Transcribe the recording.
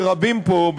שרבים פה,